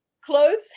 clothes